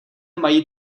mají